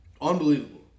Unbelievable